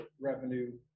revenue